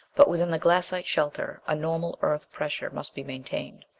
but within the glassite shelter, a normal earth pressure must be maintained.